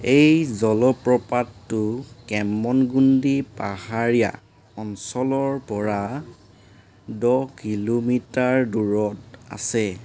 এই জলপ্ৰপাতটো কেম্মনগুণ্ডি পাহাৰীয়া অঞ্চলৰ পৰা দহ কিলোমিটাৰ দূৰত আছে